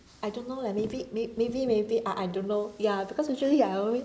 I don't know leh maybe may maybe maybe I I don't know ya because usually I always